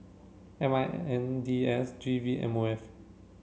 M I N D S G V M O F